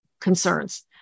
concerns